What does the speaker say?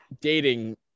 dating